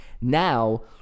now